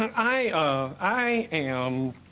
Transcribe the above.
i ah i am.